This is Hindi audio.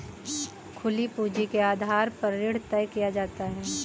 खुली पूंजी के आधार पर ऋण तय किया जाता है